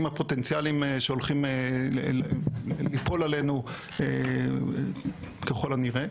הפוטנציאלים שהולכים ליפול עלינו ככל הנראה.